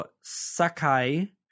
Sakai